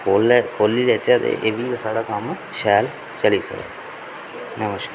खोह्ल्लै खोह्ल्ली लैह्चै ते एह् बी साढ़ा कम्म शैल चली सकदा नमस्कार